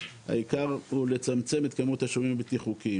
העיקר הוא לצמצם את כמות השוהים הבלתי חוקיים.